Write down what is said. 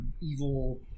evil